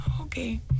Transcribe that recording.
Okay